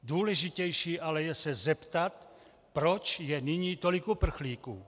Důležitější ale je se zeptat, proč je nyní tolik uprchlíků.